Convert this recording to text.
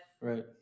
Right